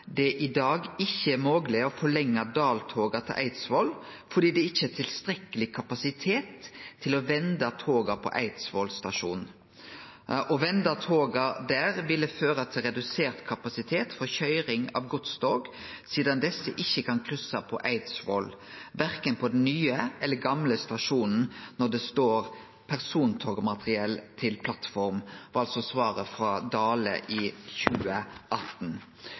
ikkje er tilstrekkeleg kapasitet til å vende toga på Eidsvoll stasjon. Å vende toga der ville føre til redusert kapasitet for køyring av godstog sidan desse ikkje kan krysse på Eidsvoll, verken på den nye eller gamle stasjonen, når det står persontogmateriell til plattform.» Det var altså svaret frå Dale i 2018.